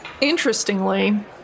interestingly